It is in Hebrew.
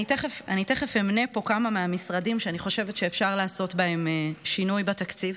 אני תכף אמנה פה כמה מהמשרדים שאני חושבת שאפשר לעשות בהם שינוי בתקציב,